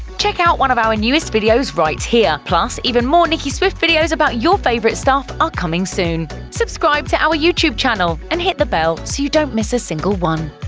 check out one of our newest videos right here! plus, even more nicki swift videos about your favorite stuff are coming soon. subscribe to our youtube channel and hit the bell so you don't miss a single one.